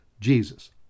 Jesus